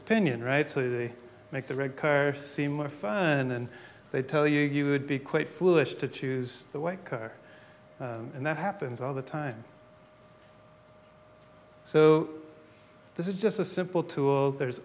opinion right so you make the red car seem more fun and they tell you you would be quite foolish to choose the white car and that happens all the time so this is just a simple tool there's